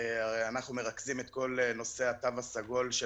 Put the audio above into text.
אנחנו מרכזים את כל נושא התו הסגול של